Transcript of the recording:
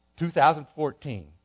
2014